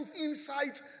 insight